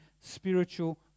spiritual